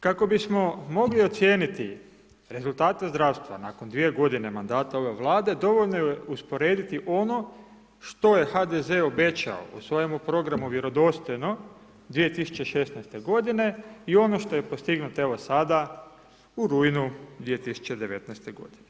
Kako bismo mogli ocijeniti rezultate zdravstva nakon 2 godine mandata ove Vlade dovoljno je usporediti ono što je HDZ obećao u svojemu programu vjerodostojno 2016. godine i ono što je postignuto evo sada u rujnu 2019. godine.